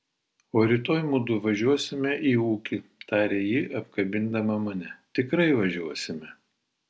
o rytoj mudu važiuosime į ūkį tarė ji apkabindama mane tikrai važiuosime